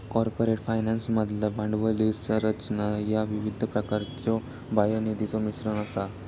corporate फायनान्समधला भांडवली संरचना ह्या विविध प्रकारच्यो बाह्य निधीचो मिश्रण असा